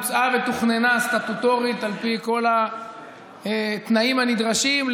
בוצעה ותוכננה סטטוטורית על פי כל התנאים הנדרשים,